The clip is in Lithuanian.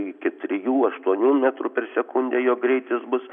iki trijų aštuonių metrų per sekundę jo greitis bus